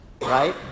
right